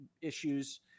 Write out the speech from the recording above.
issues